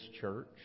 church